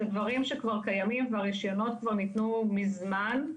זה דברים שכבר קיימים והרישיונות כבר נתנו מזמן,